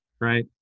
right